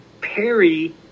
Perry